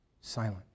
silent